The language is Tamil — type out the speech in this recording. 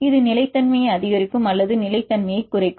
இது நிலைத்தன்மையை அதிகரிக்கும் அல்லது நிலைத்தன்மையைக் குறைக்கும்